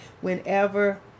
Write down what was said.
whenever